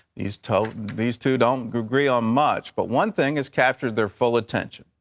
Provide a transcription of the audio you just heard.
these two these two don't agree on much, but one thing has captured their full attention.